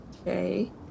okay